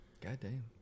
Goddamn